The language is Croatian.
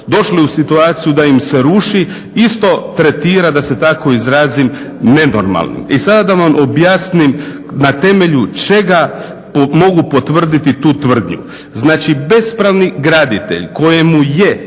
došli u situaciju da im se ruši isto tretira da se tako izrazim nenormalnim. I sada da vam objasnim na temelju čega mogu potvrditi tu tvrdnju. Znači bespravni graditelj kojemu je